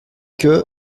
que